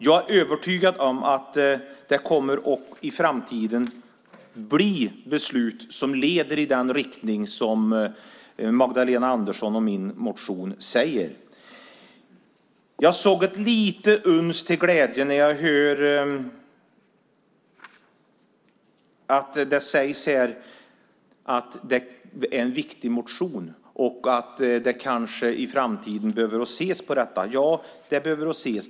Jag är övertygad om att det i framtiden kommer att fattas beslut som leder i den riktning som Magdalena Andersson och jag föreslår i vår motion. Det är ett uns av glädje när det sägs här att det är en viktig motion och att man i framtiden kanske behöver se på detta. Ja, man behöver se på det.